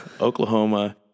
Oklahoma